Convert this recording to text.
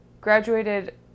graduated